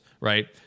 right